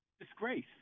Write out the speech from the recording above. disgrace